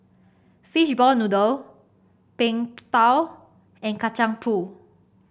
Fishball Noodle Png Tao and Kacang Pool